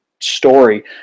story